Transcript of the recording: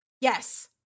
Yes